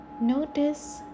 Notice